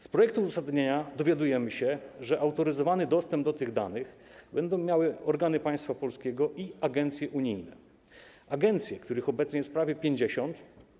Z projektu uzasadnienia dowiadujemy się, że autoryzowany dostęp do tych danych będą miały organy państwa polskiego i agencje unijne, których jest obecnie prawie 50.